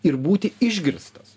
ir būti išgirstas